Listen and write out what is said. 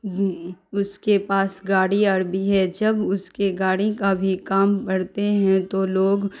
اس کے پاس گاڑی اور بھی ہے جب اس کے گاڑی کا بھی کام پڑتے ہیں تو لوگ